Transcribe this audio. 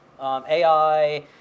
AI